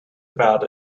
about